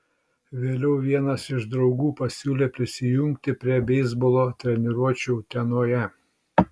vėliau vienas iš draugų pasiūlė prisijungti prie beisbolo treniruočių utenoje